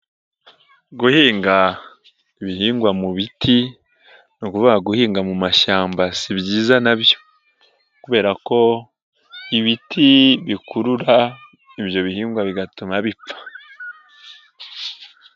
Guhinga ibihingwa mu biti ni ukuvuga guhinga mu mashyamba si byiza na byo kubera ko ibiti bikurura ibyo bihingwa bigatuma bipfa.